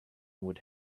would